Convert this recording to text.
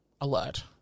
alert